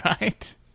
Right